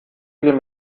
viel